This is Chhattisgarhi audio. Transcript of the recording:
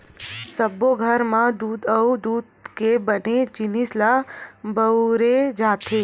सब्बो घर म दूद अउ दूद के बने जिनिस ल बउरे जाथे